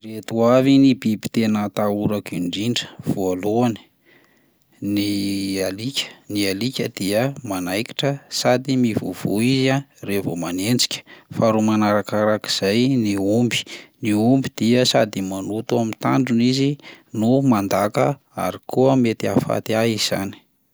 Ireto avy ny biby tena atahorako indrindra: voalohany, ny alika, ny alika dia manaikitra sady mivovoa izy raha vao manenjika; faharoa manarakarak'izay ny omby, ny omby dia sady manoto amin'ny tandrony izy no mandaka ary koa mety ahafaty ahy izany.